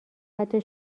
حتی